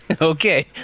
Okay